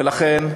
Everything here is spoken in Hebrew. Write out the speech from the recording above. ולכן,